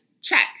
check